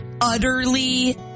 utterly